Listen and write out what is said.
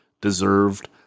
deserved